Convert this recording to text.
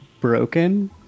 Broken